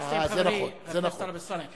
והתייעצתי עם חברי חבר הכנסת טלב אלסאנע,